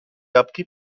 appris